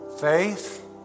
faith